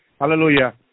hallelujah